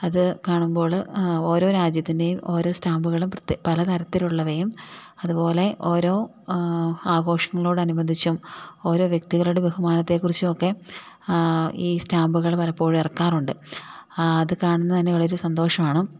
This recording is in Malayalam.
അത് കാണുമ്പോൾ ഓരോ രാജ്യത്തിൻ്റേയും ഓരോ സ്റ്റാമ്പുകളും പല തരത്തിലുള്ളവയും അതുപോലെ ഓരോ ആഘോഷങ്ങളോട് അനുബന്ധിച്ചും ഓരോ വ്യക്തികളുടെ ബഹുമാനത്തെ കുറിച്ചുമൊക്കെ ഈ സ്റ്റാമ്പുകൾ പലപ്പോഴും ഇറക്കാറുണ്ട് അത് കാണുന്നത് തന്നെ വളരെ സന്തോഷമാണ്